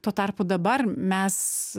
tuo tarpu dabar mes